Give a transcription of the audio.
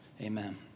amen